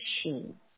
machine